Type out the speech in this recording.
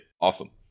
awesome